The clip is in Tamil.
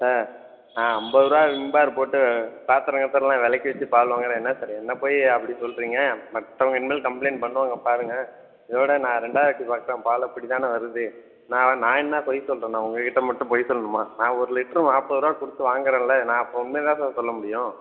ஆ நான் ஐம்பதுரூவா விம்பார் போட்டு பாத்திரம் கீத்தரெல்லாம் விளக்கி வச்சு பால் வாங்கறேன் என்ன சார் என்ன போய் அப்படி சொல்லுறீங்க மற்றவங்க இனிமேல் கம்பளைண்ட் பண்ணுவாங்க பாருங்கள் இதோட நான் ரெண்டாவது வாட்டி பார்க்குறேன் பால் அப்படி தான வருது நான் நான் என்ன பொய் சொல்லுறேன்னா உங்கள்கிட்ட மட்டும் பொய் சொல்லணுமா நான் ஒரு லிட்டர் நாற்பது ரூவா கொடுத்து வாங்கறேன்ல நான் அப்போ உண்மையை தான் சார் சொல்லமுடியும்